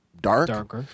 dark